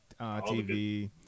TV